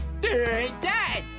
Dad